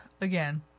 again